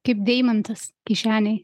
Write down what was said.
kaip deimantas kišenėj